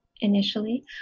initially